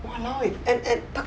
!walao! eh an~ and